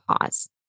pause